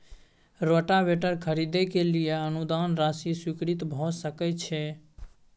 Rotavator खरीदे के लिए अनुदान राशि स्वीकृत भ सकय छैय?